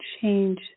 change